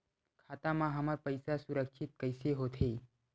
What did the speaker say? खाता मा हमर पईसा सुरक्षित कइसे हो थे?